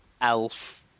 elf